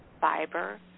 fiber